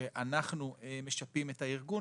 שאנחנו משפים את הארגון,